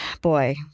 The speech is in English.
boy